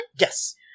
Yes